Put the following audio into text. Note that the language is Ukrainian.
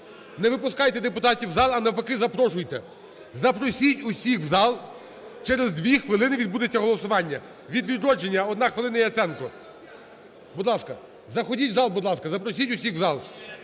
не випускайте депутатів з залу, а навпаки, запрошуйте. Запросіть всіх в зал, через дві хвилини відбудеться голосування. Від "Відродження" одна хвилина Яценко, будь ласка. Заходіть в зал, будь ласка. Запросіть усіх в зал.